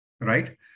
Right